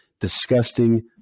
disgusting